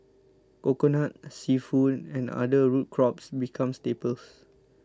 Coconut Seafood and other root crops become staples